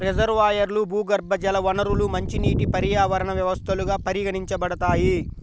రిజర్వాయర్లు, భూగర్భజల వనరులు మంచినీటి పర్యావరణ వ్యవస్థలుగా పరిగణించబడతాయి